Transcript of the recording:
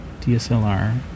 DSLR